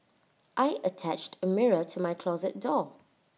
I attached A mirror to my closet door